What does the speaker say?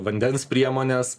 vandens priemonės